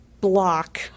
block